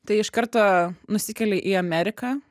tai iš karto nusikeli į ameriką